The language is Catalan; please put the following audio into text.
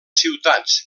ciutats